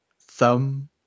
Thumb